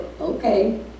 okay